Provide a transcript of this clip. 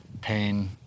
pain